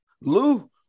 Lou